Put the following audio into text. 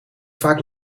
vaak